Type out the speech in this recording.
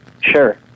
Sure